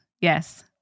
yes